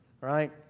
Right